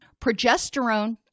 Progesterone